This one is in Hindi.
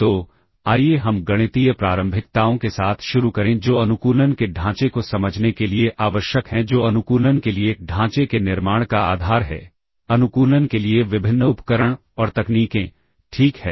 तो आइए हम गणितीय प्रारंभिकताओं के साथ शुरू करें जो अनुकूलन के ढांचे को समझने के लिए आवश्यक हैं जो अनुकूलन के लिए ढांचे के निर्माण का आधार है अनुकूलन के लिए विभिन्न उपकरण और तकनीकें ठीक है